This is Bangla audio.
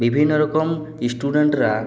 বিভিন্ন রকম স্টুডেন্টরা